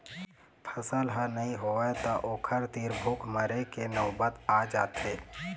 फसल ह नइ होवय त ओखर तीर भूख मरे के नउबत आ जाथे